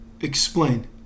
Explain